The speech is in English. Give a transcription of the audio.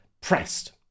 pressed